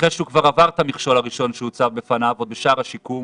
אחרי שהוא כבר עבר את המכשול הראשון שהוצב בפניו עוד בשער השיקום